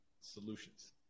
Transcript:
solutions